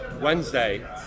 wednesday